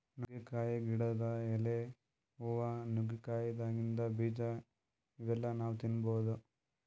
ನುಗ್ಗಿಕಾಯಿ ಗಿಡದ್ ಎಲಿ, ಹೂವಾ, ನುಗ್ಗಿಕಾಯಿದಾಗಿಂದ್ ಬೀಜಾ ಇವೆಲ್ಲಾ ನಾವ್ ತಿನ್ಬಹುದ್